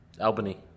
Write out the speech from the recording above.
albany